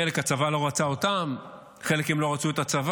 חלק הצבא לא רצה אותם, חלק מהם לא רצו את הצבא.